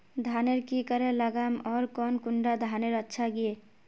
धानेर की करे लगाम ओर कौन कुंडा धानेर अच्छा गे?